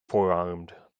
forearmed